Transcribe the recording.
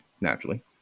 naturally